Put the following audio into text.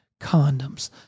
condoms